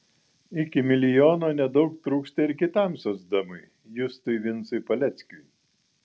iki milijono nedaug trūksta ir kitam socdemui justui vincui paleckiui